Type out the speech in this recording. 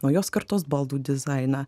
naujos kartos baldų dizainą